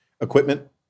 equipment